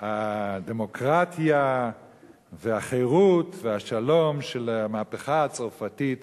הדמוקרטיה והחירות והשלום של המהפכה הצרפתית